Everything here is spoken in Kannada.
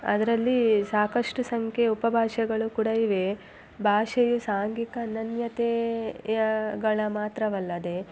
ಅದರಲ್ಲಿ ಸಾಕಷ್ಟು ಸಂಖ್ಯೆಯ ಉಪಭಾಷೆಗಳು ಕೂಡ ಇವೆ ಭಾಷೆಯು ಸಾಂಘಿಕನನ್ಯತೆಯಗಳ ಮಾತ್ರವಲ್ಲದೇ